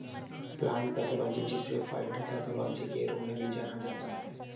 plant pathology जिसे phytopathology के रूप में भी जाना जाता है